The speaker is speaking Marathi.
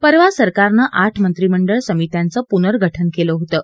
परवा सरकारनं आठ मंत्रिमंडळ समित्यांचं पुनर्गठन केलं होतं